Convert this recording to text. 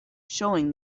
showing